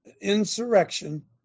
Insurrection